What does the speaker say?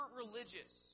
religious